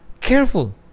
Careful